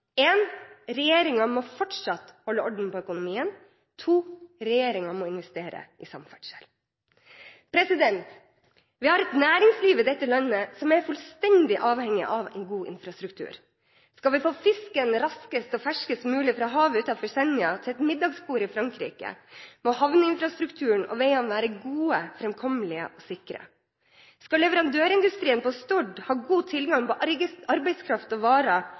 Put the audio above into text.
må fortsatt holde orden på økonomien, og for det andre at regjeringen må investere i samferdsel. Vi har et næringsliv i dette landet som er fullstendig avhengig av en god infrastruktur. Skal vi få fisken raskest og ferskest mulig fra havet utenfor Senja til et middagsbord i Frankrike, må havneinfrastrukturen og veiene være gode, framkommelige og sikre. Skal leverandørindustrien på Stord ha god tilgang på arbeidskraft og varer,